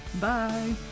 Bye